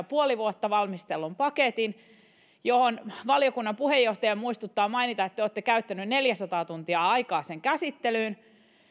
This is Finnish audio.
puoli vuotta valmistellun paketin josta valiokunnan puheenjohtaja muistuttaa mainita että te olette käyttäneet neljäsataa tuntia aikaa sen käsittelyyn